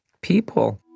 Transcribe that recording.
people